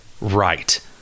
right